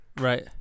Right